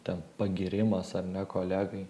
ten pagyrimas ar ne kolegai